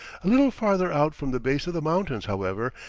a little farther out from the base of the mountains, however,